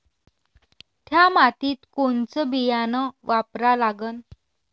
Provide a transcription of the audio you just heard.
थ्या मातीत कोनचं बियानं वापरा लागन?